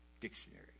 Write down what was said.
Dictionary